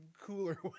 cooler